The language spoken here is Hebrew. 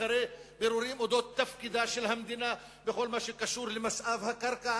אחרי בירורים על אודות תפקידה של המדינה בכל הקשור למשאב הקרקע,